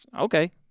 okay